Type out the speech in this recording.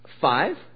Five